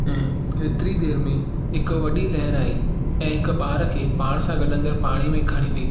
ऐं हेतिरी देरि में हिकु वॾी लहर आई ऐं हिकु ॿार खे पाण सां गॾु अंदरि पाणी में खणी वई